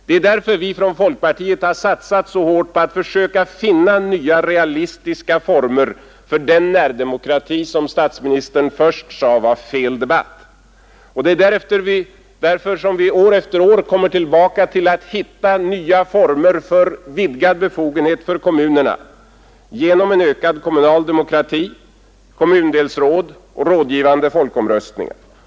Det är därför vi från folkpartiet har gjort den hårda satsning på att försöka finna nya realistiska former för närdemokrati, som statsministern först sade var fel debatt. Det är därför som vi år efter år kommer tillbaka till att hitta nya former för vidgad befogenhet för kommunerna genom en ökad kommunal demokrati, kommundelsråd och rådgivande folkomröstningar.